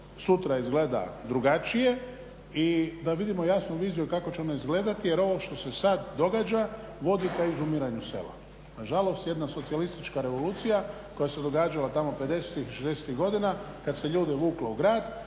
sutra izgleda drugačije i da vidimo jasnu viziju kako će ono izgledati jer ovo što se sad događa vodi ka izumiranju sela. Na žalost jedna socijalistička revolucija koja se događala tamo pedesetih i šezdesetih godina kad se ljude vuklo u grad,